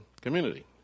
community